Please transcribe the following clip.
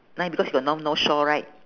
nine is because you got no north shore right